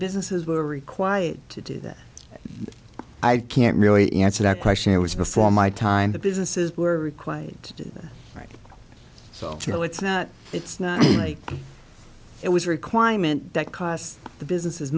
businesses were required to do that i can't really answer that question it was before my time the businesses were quite right so it's not like it was a requirement that costs the businesses